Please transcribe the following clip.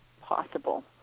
possible